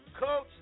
Coach